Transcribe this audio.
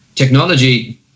Technology